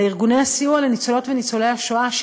לארגוני הסיוע לניצולות וניצולי השואה,